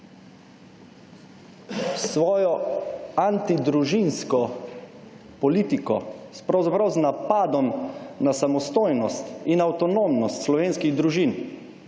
svojo antidružinsko politiko, s pravzaprav z napadom na samostojnost in avtonomnost slovenskih družin,